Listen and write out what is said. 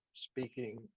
Speaking